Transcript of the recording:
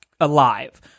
alive